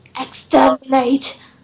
Exterminate